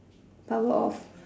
power off